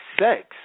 sex